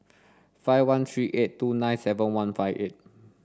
five one three eight two nine seven one five eight